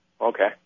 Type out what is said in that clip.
Okay